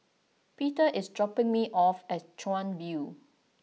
Peter is dropping me off at Chuan View